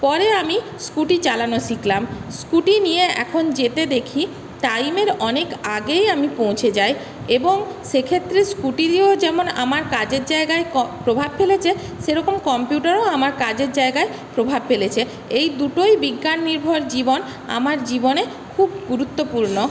পরে আমি স্কুটি চালানো শিখলাম স্কুটি নিয়ে এখন যেতে দেখি টাইমের অনেক আগেই আমি পৌঁছে যাই এবং সে ক্ষেত্রে স্কুটি দিয়েও যেমন আমার কাজের জায়গায় প্রভাব ফেলেছে সেরকম কম্পিউটারও আমার কাজের জায়গায় প্রভাব ফেলেছে এই দুটোই বিজ্ঞান নির্ভর জীবন আমার জীবনে খুব গুরুত্বপূর্ণ